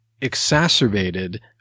exacerbated